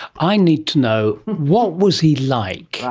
i need to know, what was he like?